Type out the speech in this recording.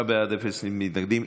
עשרה בעד, אפס מתנגדים.